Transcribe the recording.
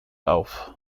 auf